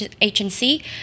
agency